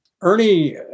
Ernie